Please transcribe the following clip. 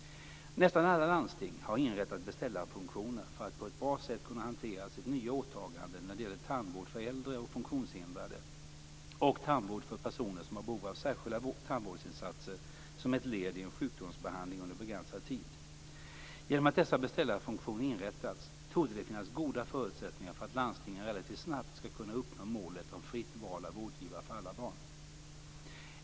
Nästan alla landsting har inrättat beställarfunktioner för att på ett bra sätt kunna hantera sitt nya åtagande när det gäller tandvård för äldre och funktionshindrade och tandvård för personer som har behov av särskilda tandvårdsinsatser som ett led i en sjukdomsbehandling under begränsad tid. Genom att dessa beställarfunktioner inrättats torde det finnas goda förutsättningar för att landstingen relativt snabbt skall kunna uppnå målet om fritt val av vårdgivare för alla barn.